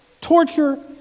torture